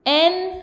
N